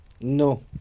No